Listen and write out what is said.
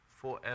forever